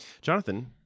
Jonathan